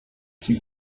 zum